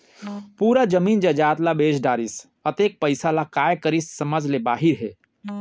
पूरा जमीन जयजाद ल बेच डरिस, अतेक पइसा ल काय करिस समझ ले बाहिर हे